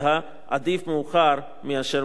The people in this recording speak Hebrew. עדיף מאוחר מאשר לעולם לא.